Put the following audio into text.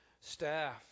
staff